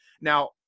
Now